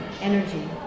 energy